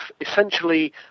essentially